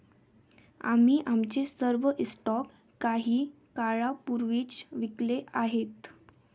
आम्ही आमचे सर्व स्टॉक काही काळापूर्वीच विकले आहेत